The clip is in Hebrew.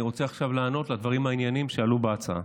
אני רוצה עכשיו לענות לדברים הענייניים שעלו בהצעה